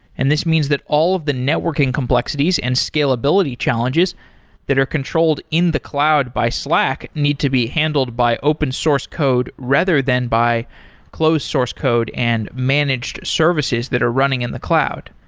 and this means that all of the networking complexities and scalability challenges that are controlled in the cloud by slack need to be handled by open source code rather than by close source code and managed services that are running in the cloud.